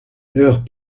leurs